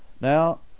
Now